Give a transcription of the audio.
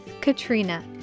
Katrina